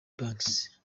banks